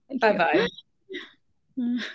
Bye-bye